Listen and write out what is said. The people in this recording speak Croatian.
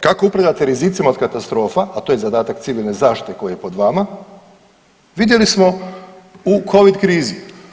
Kako upravljate rizicima od katastrofa, a to je zadatak Civilne zaštite koja je pod vama, vidjeli smo u covid krizi.